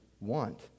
want